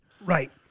Right